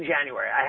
January